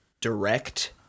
direct